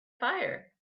fire